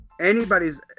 anybody's